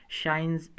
shines